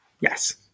Yes